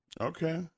Okay